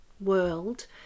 world